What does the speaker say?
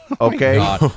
Okay